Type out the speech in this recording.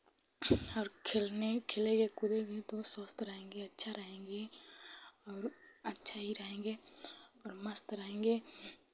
और खेलने खेलेंगे कूदेंगे तो स्वस्थ रहेंगे अच्छा रहेंगे और अच्छा ही रहेंगे और मस्त रहेंगे